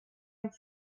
amb